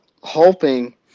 hoping